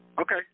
Okay